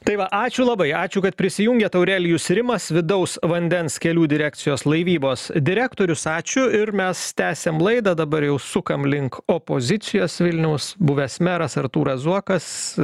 tai va ačiū labai ačiū kad prisijungėt aurelijus rimas vidaus vandens kelių direkcijos laivybos direktorius ačiū ir mes tęsiam laidą dabar jau sukam link opozicijos vilniaus buvęs meras artūras zuokas